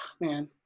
man